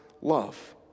love